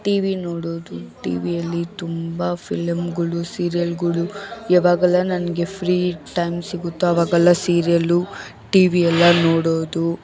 TV ನೋಡೋದು ಟಿವಿಯಲ್ಲಿ ತುಂಬ ಫಿಲಮ್ಗಳು ಸೀರಿಯಲ್ಗಳು ಯಾವಾಗೆಲ್ಲ ನನಗೆ ಫ್ರೀ ಟೈಮ್ ಸಿಗುತ್ತೋ ಅವಾಗೆಲ್ಲ ಸೀರಿಯಲ್ಲು ಟಿವಿಯೆಲ್ಲ ನೋಡೋದು